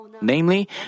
Namely